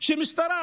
כשמשטרה